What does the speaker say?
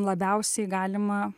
labiausiai galima